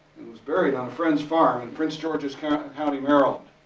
and was buried on a friend's farm in prince george's kind of county, maryland.